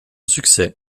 succès